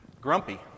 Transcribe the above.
grumpy